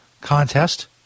contest